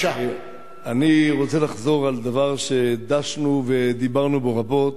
אני רוצה לחזור על דבר שדשנו ודיברנו בו רבות,